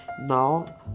now